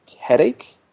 headache